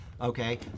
okay